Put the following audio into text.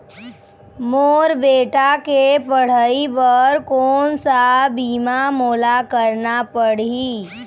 मोर बेटा के पढ़ई बर कोन सा बीमा मोला करना पढ़ही?